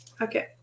okay